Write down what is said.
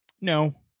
no